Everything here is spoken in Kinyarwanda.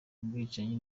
ubwicanyi